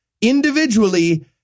individually